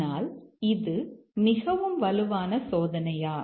ஆனால் இது மிகவும் வலுவான சோதனையா